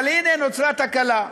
אבל הנה, נוצרה תקלה: